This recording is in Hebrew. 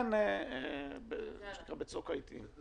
זה בצוק העתים.